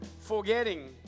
forgetting